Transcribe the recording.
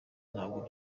ntabwo